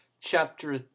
Chapter